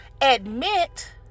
admit